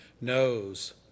knows